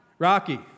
Rocky